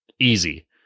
easy